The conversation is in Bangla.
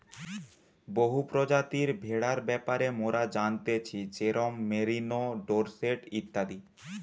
বহু প্রজাতির ভেড়ার ব্যাপারে মোরা জানতেছি যেরোম মেরিনো, ডোরসেট ইত্যাদি